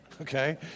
Okay